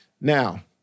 Now